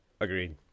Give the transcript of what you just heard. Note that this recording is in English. Agreed